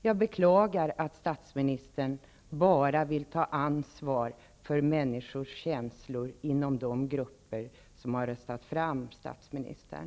Jag beklagar att statsministern bara vill ta ansvar för människors känslor inom de grupper som har röstat fram statsministern.